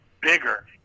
bigger